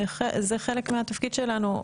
זה חלק מהתפקיד שלנו.